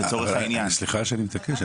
לצורך העניין --- אבל סליחה שאני מתעקש,